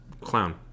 clown